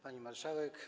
Pani Marszałek!